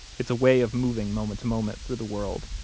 it's a way of moving moment to moment through the world.